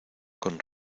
con